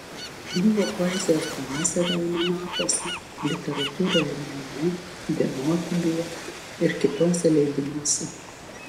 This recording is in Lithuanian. buvo poezijos pavasario almanachuose literatūroje ir mene dienovidyje ir kituose leidiniuose